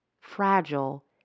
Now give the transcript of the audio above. fragile